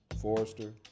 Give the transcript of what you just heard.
forester